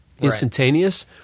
instantaneous